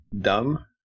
dumb